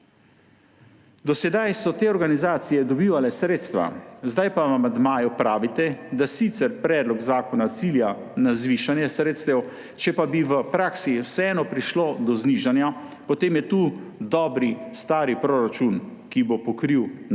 Do sedaj so te organizacije dobivale sredstva, zdaj pa v amandmaju pravite, da sicer predlog zakona cilja na zvišanje sredstev, če pa bi v praksi vseeno prišlo do znižanja, potem je tukaj dobri stari proračun, ki bo pokril napake